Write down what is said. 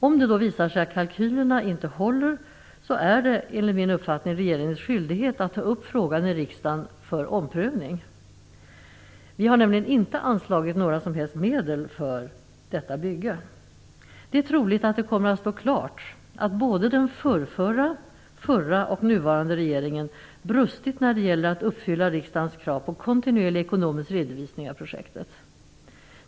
Om det då visar sig att kalkylerna inte håller är det enligt min uppfattning regeringens skyldighet att ta upp frågan i riksdagen för omprövning. Vi har nämligen inte anslagit några som helst medel för detta bygge. Det är troligt att det kommer att stå klart att såväl den förrförra och förra som den nuvarande regeringen brustit när det gäller att uppfylla riksdagens krav på kontinuerlig ekonomisk redovisning av projektet.